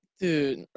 Dude